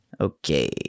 Okay